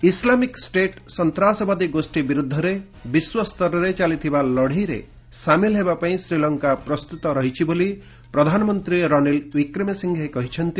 Islamic state ସନ୍ତାସବାଦୀ ଗୋଷ୍ଠୀ ବିରୁଦ୍ଧରେ ବିଶ୍ୱସ୍ତରରେ ଚାଲିଥିବା ଲଢେଇରେ ସାମିଲ ହେବା ପାଇଁ ଶ୍ରୀଲଙ୍କା ପ୍ରସ୍ତୁତ ରହିଛି ବୋଲି ପ୍ରଧାନମନ୍ତ୍ରୀ ରନୀଲ ଓ୍ପିକ୍ରେମ ସିଂହେ କହିଛନ୍ତି